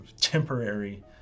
temporary